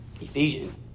Ephesians